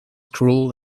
cruel